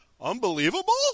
Unbelievable